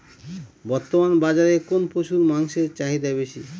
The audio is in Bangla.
বর্তমান বাজারে কোন পশুর মাংসের চাহিদা বেশি?